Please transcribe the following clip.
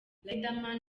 riderman